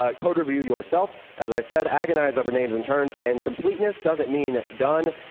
ah code review yourself, as i said, agonize over names and terms, and completeness doesn't mean done.